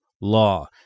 law